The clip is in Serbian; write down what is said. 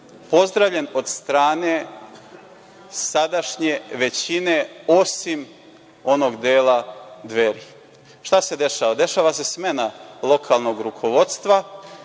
pozdravljen od strane sadašnje većine, osim onog dela Dveri. Šta se dešava? Dešava se smena lokalnog rukovodstva